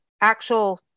actual